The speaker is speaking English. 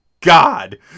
god